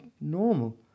normal